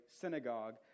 synagogue